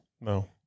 No